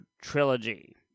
trilogy